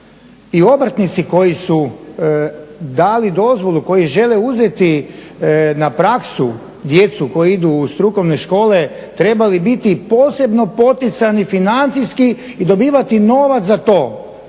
i obrtnici koji su dali dozvolu, koji žele uzeti na praksu djecu koja idu u strukovne škole trebali biti posebno poticani financijski i dobivati novac za to.